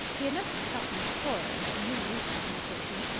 he had never forgotten the horror and humiliation of the occasion,